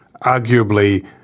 arguably